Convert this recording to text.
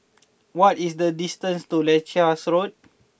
what is the distance to Leuchars Road